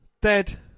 dead